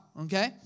Okay